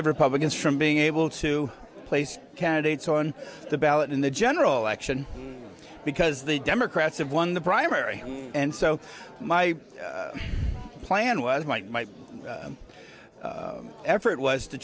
the republicans from being able to place candidates on the ballot in the general election because the democrats have won the primary and so my plan was might my effort was to